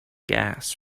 gas